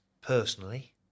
personally